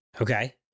Okay